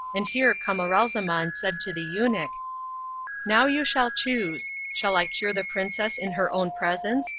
and here camaralzaman said to the eunuch now you shall choose. shall i cure the princess in her own presence,